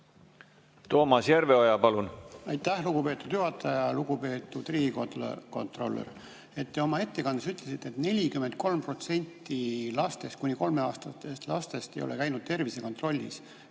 Toomas Järveoja, palun! Aitäh, lugupeetud juhataja! Lugupeetud riigikontrolör! Te oma ettekandes ütlesite, et 43% kuni 3-aastastest lastest ei ole käinud tervisekontrollis.